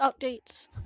updates